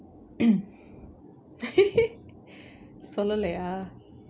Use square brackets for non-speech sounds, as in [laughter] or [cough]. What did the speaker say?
[coughs] [laughs] சொல்லலயா:sollalayaa